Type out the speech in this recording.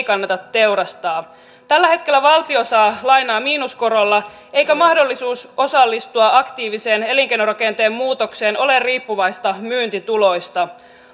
kannata teurastaa tällä hetkellä valtio saa lainaa miinuskorolla eikä mahdollisuus osallistua aktiiviseen elinkeinorakenteen muutokseen ole riippuvaista myyntituloista